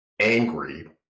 angry